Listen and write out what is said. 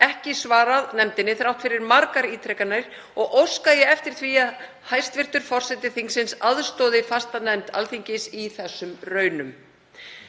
ekki svarað nefndinni þrátt fyrir margar ítrekanir og óska ég eftir því að hæstv. forseti þingsins aðstoði fastanefnd Alþingis í þessum raunum.